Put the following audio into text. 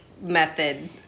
method